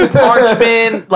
parchment